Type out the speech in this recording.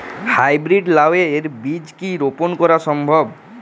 High breed লাও এর বীজ কি রোপন করা সম্ভব?